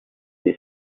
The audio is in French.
des